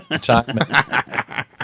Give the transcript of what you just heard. time